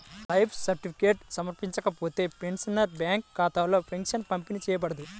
life certificate సమర్పించకపోతే, pensioner bank ఖాతాలో pension పంపిణీ చేయబడదు